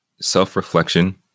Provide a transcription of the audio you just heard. Self-reflection